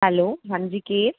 हलो हांजी केरु